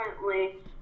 currently